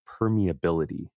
permeability